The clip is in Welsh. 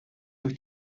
wyt